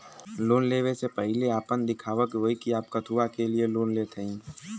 Loan ले वे से पहिले आपन दिखावे के होई कि आप कथुआ के लिए लोन लेत हईन?